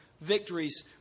victories